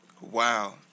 Wow